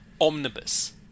omnibus